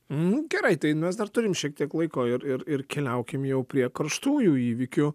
mm gerai tai mes dar turim šiek tiek laiko ir ir ir keliaukim jau prie karštųjų įvykių